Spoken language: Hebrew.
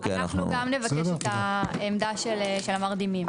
אנחנו גם נבקש את העמדה של המרדימים.